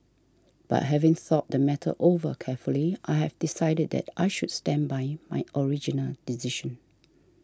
but having thought the matter over carefully I have decided that I should stand by my original decision